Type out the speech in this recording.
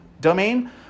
domain